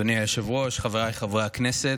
אדוני היושב-ראש, חבריי חברי הכנסת,